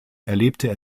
erlebte